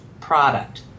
product